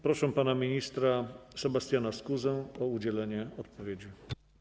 Proszę pana ministra Sebastiana Skuzę o udzielenie odpowiedzi.